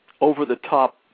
over-the-top